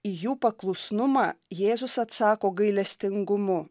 į jų paklusnumą jėzus atsako gailestingumu